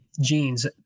genes